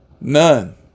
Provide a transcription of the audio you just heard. None